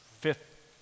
fifth